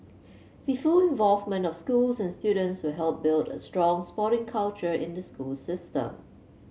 the full involvement of schools and students will help build a strong sporting culture in the school system